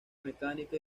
mecánica